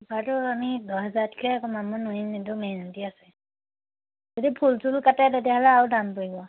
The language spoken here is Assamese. আমি দহ হেজাৰতকৈ কমাব নোৱাৰিম কিন্তু মেহনতি আছে এইটো ফুল চুল কাটে তেতিয়াহ'লে আৰু দাম পৰিব